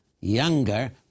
younger